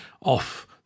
off